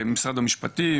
משרד המשפטים,